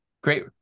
great